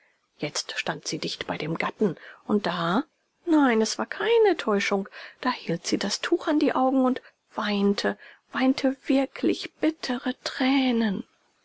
jetzt stand sie dicht bei dem gatten und da nein es war keine täuschung da hielt sie das tuch an die augen und weinte weinte wirkliche bittere tränen